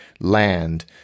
land